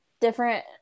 different